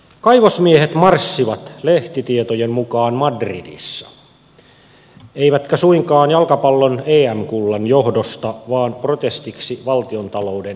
kaivosmiehet marssivat lehtitietojen mukaan madridissa eivätkä suinkaan jalkapallon em kullan johdosta vaan protestiksi valtiontalouden sopeuttamistoimenpiteille